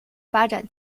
发展